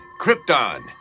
krypton